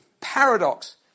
paradox